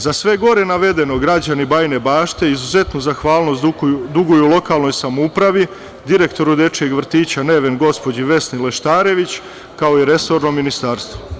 Za sve gore navedeno građani Bajine Bašte izuzetnu zahvalnost duguju lokalnoj samoupravi, direktoru dečijeg vrtića „Neven“, gospođi Vesni Leštarević, kao i resornom ministarstvu.